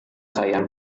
saya